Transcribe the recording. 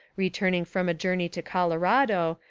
returning from a journey to colorado,